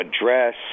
address